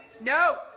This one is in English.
No